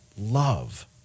love